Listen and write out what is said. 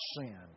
sin